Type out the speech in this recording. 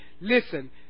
listen